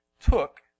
took